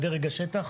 ועד לדרג השטח.